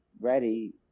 ready